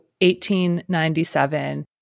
1897